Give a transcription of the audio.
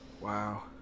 Wow